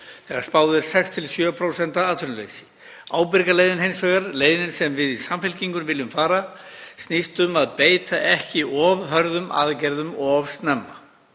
þegar spáð er 6–7% atvinnuleysi. Ábyrga leiðin hins vegar, leiðin sem við í Samfylkingunni viljum fara, snýst um að beita ekki of hörðum aðgerðum of snemma.